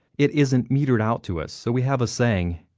it isn't metered out to us, so we have a saying,